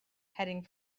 heading